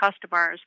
customers